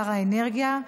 שר האנרגיה,